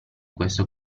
questo